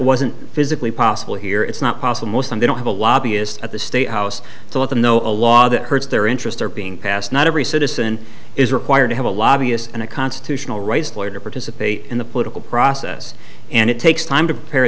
wasn't physically possible here it's not possible most and they don't have a lobbyist at the state house to let them know a law that hurts their interests are being passed not every citizen is required to have a lobbyist and a constitutional rights lawyer to participate in the political process and it takes time to prepare